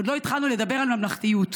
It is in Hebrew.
ועוד לא התחלנו לדבר על ממלכתיות.